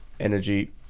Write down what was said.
Energy